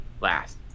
Last